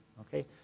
Okay